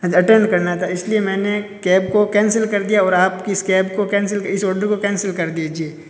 attend करना था इस लिए मैंने कैब को कैंसिल कर दिया और आप इस कैब को कैंसिल इस ओडर को कैंसिल कर दीजिए